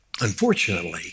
unfortunately